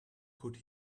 could